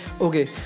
Okay